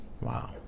Wow